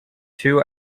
two